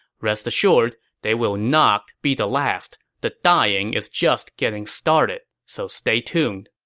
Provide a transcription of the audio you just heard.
rest assured, they will not be the last. the dying is just getting started. so stay tuned